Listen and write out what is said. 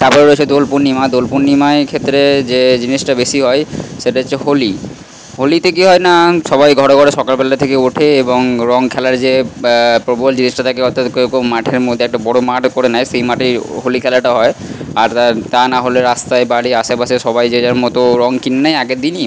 তার পরে রয়েছে দোল পূর্ণিমা দোল পূর্ণিমায় ক্ষেত্রে যে জিনিসটা বেশি হয় সেটা হচ্ছে হোলি হোলিতে কী হয় না সবাই ঘরে ঘরে সকালবেলা থেকে ওঠে এবং রঙ খেলার যে প্রবল থাকে অর্থাৎ কেউ কেউ মাঠের মধ্যে একটা বড় মাঠ করে নেয় সেই মাঠেই হোলি খেলাটা হয় আর তা না হলে রাস্তায় বাড়ির আশেপাশে সবাই যে যার মতো রঙ কিনে নেয় আগের দিনই